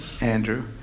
Andrew